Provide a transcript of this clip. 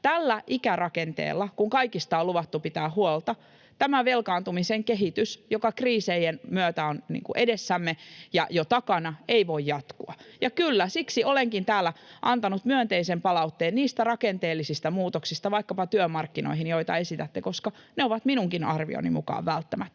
tällä ikärakenteella, kun kaikista on luvattu pitää huolta, tämä velkaantumisen kehitys, joka kriisien myötä on edessämme ja jo takana, ei voi jatkua. Ja kyllä, siksi olenkin täällä antanut myönteisen palautteen niistä rakenteellisista muutoksista vaikkapa työmarkkinoihin, joita esitätte, koska ne ovat minunkin arvioni mukaan välttämättömiä,